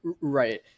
Right